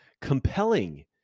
compelling